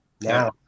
Now